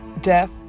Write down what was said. death